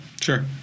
Sure